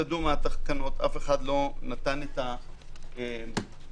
אף אחד לא נתן את המשקל,